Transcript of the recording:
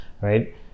right